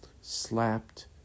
slapped